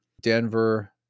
Denver